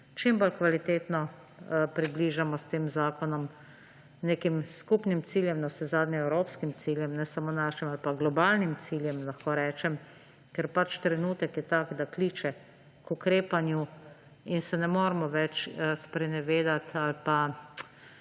čim bolj kvalitetno približamo s tem zakonom nekim skupnim ciljem, navsezadnje evropskim ciljem, ne samo našim ali pa globalnim ciljem, lahko rečem. Trenutek je tak, da kliče k ukrepanju in se ne moremo več sprenevedati ali